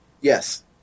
Yes